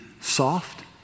soft